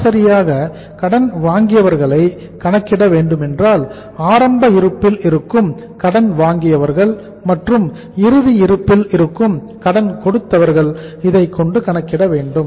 சராசரியாக கடன் வாங்கியவர்களை கணக்கிட வேண்டுமென்றால் ஆரம்ப இருப்பில் இருக்கும் கடன் வாங்கியவர்கள் மற்றும் இறுதி இருப்பில் இருக்கும் கடன் கொடுத்தவர்கள் இதைக் கொண்டு கணக்கிட வேண்டும்